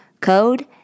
code